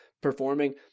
performing